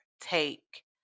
take